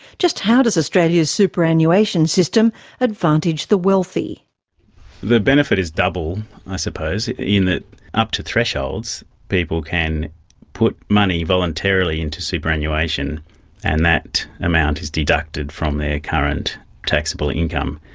just how does australia's superannuation system advantage the wealthy? the benefit is double i suppose in that up to thresholds people can put money voluntarily into superannuation superannuation and that amount is deducted from their current taxable income.